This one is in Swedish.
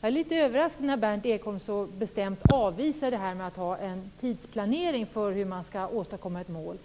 Jag blir litet överraskad när Berndt Ekholm så bestämt avvisar detta med en tidsplanering för hur man skall åstadkomma ett mål.